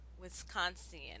Wisconsin